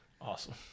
Awesome